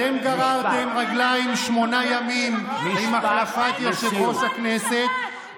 אתם גררתם רגליים שמונה ימים עם החלפת יושב-ראש הכנסת,